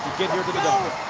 get here to the dome.